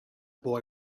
boy